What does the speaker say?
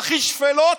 הכי שפלות,